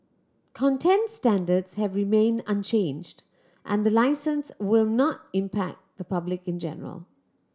content standards have remained unchanged and the licence will not impact the public in general